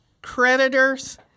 creditors